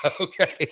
Okay